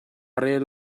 rel